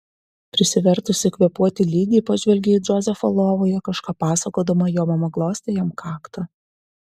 prisivertusi kvėpuoti lygiai pažvelgė į džozefą lovoje kažką pasakodama jo mama glostė jam kaktą